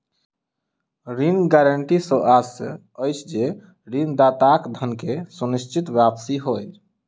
ऋण गारंटी सॅ आशय अछि जे ऋणदाताक धन के सुनिश्चित वापसी होय